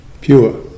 Pure